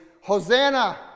Hosanna